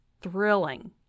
thrilling